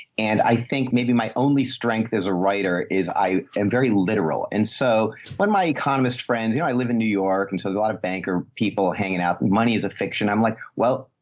and i think maybe my only strength as a writer is i am very literal. and so when my economist friends, you know, i live in new york and so a lot of bank or people hanging out with money as a fiction, i'm like, well,